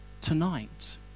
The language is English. tonight